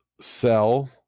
sell